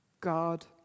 God